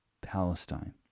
Palestine